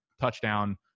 touchdown